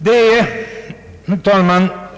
Herr talman!